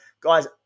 Guys